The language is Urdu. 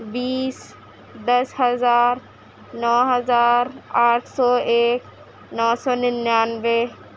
بیس دس ہزار نو ہزار آٹھ سو ایک نو سو ننانوے